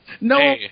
No